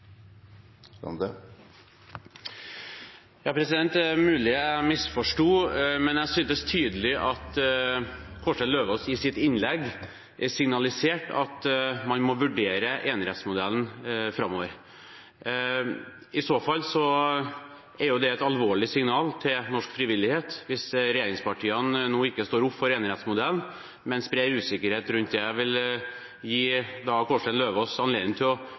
Det er mulig jeg misforsto, men jeg syntes tydelig at Kårstein Eidem Løvaas i sitt innlegg signaliserte at man må vurdere enerettsmodellen framover. I så fall er det et alvorlig signal til norsk frivillighet – hvis regjeringspartiene nå ikke står opp for enerettsmodellen, men sprer usikkerhet rundt den. Jeg vil gi Kårstein Eidem Løvaas anledning til